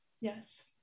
yes